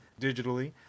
digitally